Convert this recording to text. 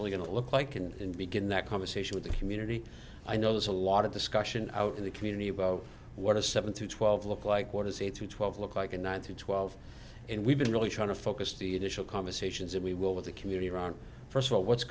really going to look like and begin that conversation with the community i know there's a lot of discussion out in the community about what a seven to twelve look like what is eight to twelve look like a nine to twelve and we've been really trying to focus the initial conversations and we will with the community around first of all what's